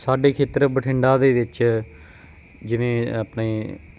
ਸਾਡੇ ਖੇਤਰ ਬਠਿੰਡਾ ਦੇ ਵਿੱਚ ਜਿਵੇਂ ਆਪਣੇ